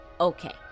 okay